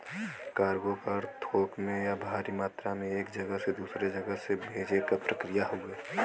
cargo क अर्थ थोक में या भारी मात्रा में एक जगह से दूसरे जगह से भेजे क प्रक्रिया हउवे